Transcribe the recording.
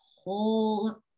whole